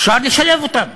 אפשר לשלב אותם,